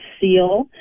seal